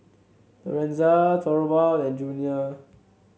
Lorenza Thorwald and Junior